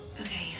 okay